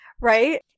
right